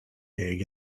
pig